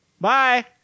Bye